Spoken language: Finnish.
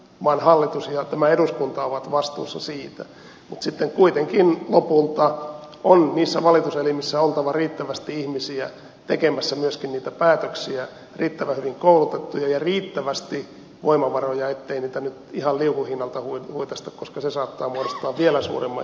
maan hallitus ja tämä eduskunta ovat vastuussa siitä mutta sitten kuitenkin lopulta on niissä valituselimissä oltava riittävästi ihmisiä tekemässä myöskin niitä päätöksiä riittävän hyvin koulutettuja ja riittävästi voimavaroja ettei niitä nyt ihan liukuhihnalta huitaista koska se saattaa muodostaa vielä suuremman ihmisoikeusongelman